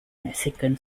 mexican